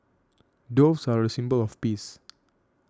doves are a symbol of peace